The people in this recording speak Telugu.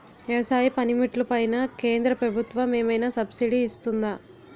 వ్యవసాయ పనిముట్లు పైన కేంద్రప్రభుత్వం ఏమైనా సబ్సిడీ ఇస్తుందా?